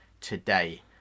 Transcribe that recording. today